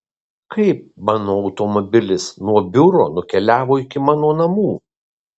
kaip mano automobilis nuo biuro nukeliavo iki mano namų